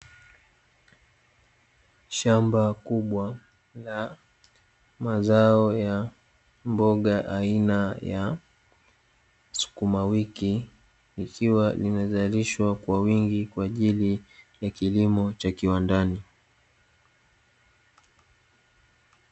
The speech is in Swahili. Shamba kubwa la mazao ya mboga aina ya sukuma wiki, ikiwa inazalishwa kwa wingi kwaajili ya kilimo cha kiwandani.